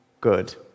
good